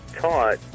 taught